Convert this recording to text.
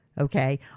Okay